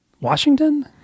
Washington